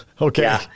Okay